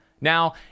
Now